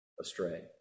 astray